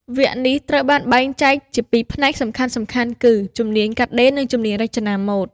វគ្គនេះត្រូវបានបែងចែកជាពីរផ្នែកសំខាន់ៗគឺ ជំនាញកាត់ដេរ និងជំនាញរចនាម៉ូដ។